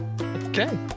Okay